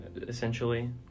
essentially